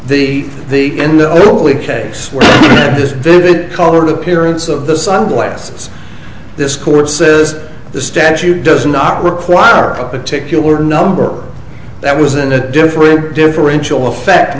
the the in the only case where this vivid color appearance of the sunglasses this court says the statute does not require a particular number that was in a different differential effect